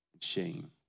shame